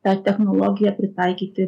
tą technologiją pritaikyti